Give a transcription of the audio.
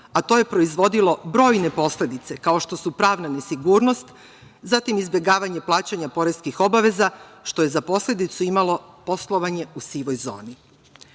a to je proizvodilo brojne posledice, kao što su pravna nesigurnost, izbegavanje plaćanja poreskih obaveza, što je za posledicu imalo poslovanje u sivoj